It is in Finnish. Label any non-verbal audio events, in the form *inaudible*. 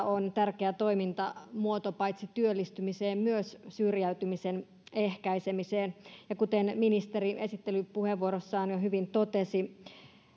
*unintelligible* on tärkeä toimintamuoto paitsi työllistymiseen myös syrjäytymisen ehkäisemiseen ja kuten ministeri esittelypuheenvuorossaan jo hyvin totesi